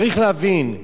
צריך להבין,